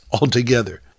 altogether